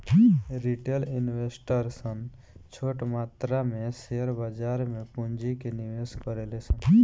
retail investor सन छोट मात्रा में शेयर बाजार में पूंजी के निवेश करेले सन